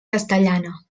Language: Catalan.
castellana